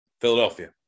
Philadelphia